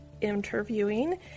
interviewing